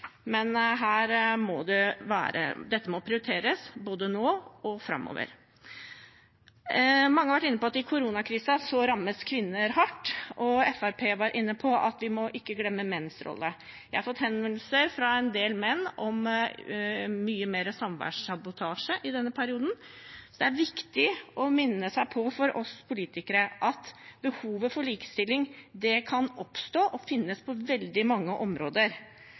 Dette må prioriteres, både nå og framover. Mange har vært inne på at i koronakrisen rammes kvinner hardt. Fremskrittspartiet var inne på at vi ikke må glemme menns rolle. Jeg har fått henvendelser fra en del menn om mye mer samværssabotasje i denne perioden. Så det er viktig for oss politikere å minne oss på at behovet for likestilling kan oppstå og finnes på veldig mange områder.